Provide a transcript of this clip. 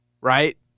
right